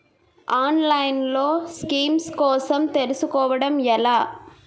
ఆన్లైన్లో స్కీమ్స్ కోసం తెలుసుకోవడం ఎలా?